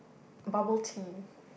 bubble tea